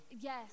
Yes